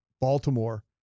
baltimore